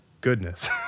goodness